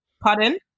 pardon